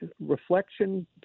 reflection